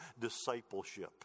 discipleship